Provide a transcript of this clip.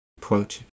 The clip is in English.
quote